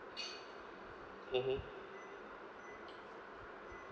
mmhmm